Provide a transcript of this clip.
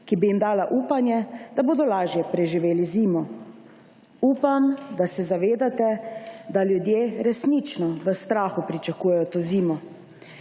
ki bi jim dala upanje, da bodo lažje preživeli zimo. Upam, da se zavedate, da ljudje resnično v strahu pričakujejo to zimo.